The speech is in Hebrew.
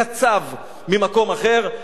קצב ממקום אחר,